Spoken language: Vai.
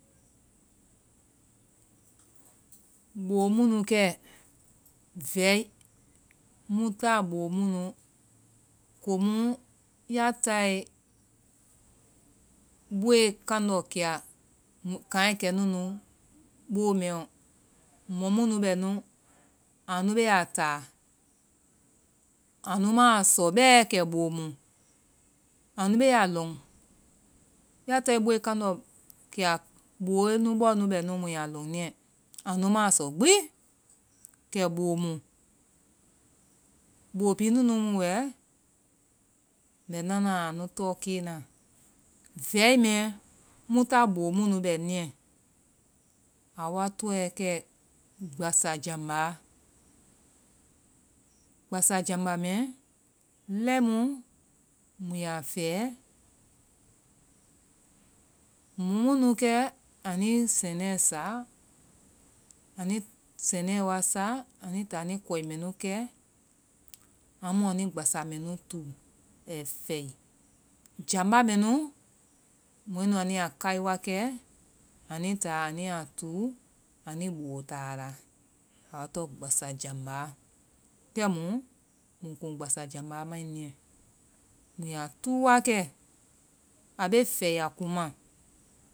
Bo mu nu kɛ vɛi-mu ta bo munu-komu ya tae boe kandɔ kia, kaŋɛ kɛ nunu bo mɛ ɔ, mɔ mu nu bɛ nu, anu ma sɔ bɛ kɛ bo mu. Anu be a lɔŋ. Ya tae boe kandɔ kia, boe nu bɔ nu bɛ nu mu ya lɔŋ. Anu ma sɔ gbi kɛ bo mu. Bo bi nu nu mu wɛ mɛ nana anu tɔke na. Vɛi mɛ, mu ta bo mu nu bɛ niiɛ, awa tɔɛ kɛ gbasajambaa. Gbasajamba mɛ, lɛimu mu ya fɛ, mɔ mu nu kɛ anui sɛnɛ sa, anui sɛnɛ wa sa. Anui ta anui kɔi mɛ nu kɛ, amu anui gbasa mɛ nu tuu. Ai fɛ. Jamba mɛ nu, anui bo ta a la. Awa tɔŋ gbasajambaa. Kɛ mu mui kuŋ gbasajambaa mai niiɛ. Mui a tuu wakɛ. A be fɛ a kuŋma.